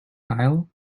aisle